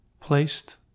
placed